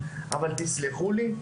אבל תסלחו לי,